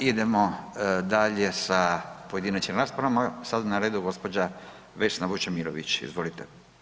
Idemo dalje sa pojedinačnim raspravama, sad je na redu gđa. Vesna Vučemilović, izvolite.